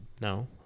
No